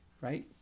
right